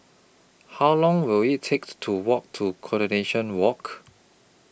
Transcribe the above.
How Long Will IT takes to Walk to Coronation Walk